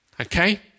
okay